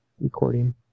recording